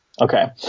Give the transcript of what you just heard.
Okay